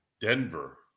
denver